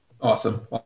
Awesome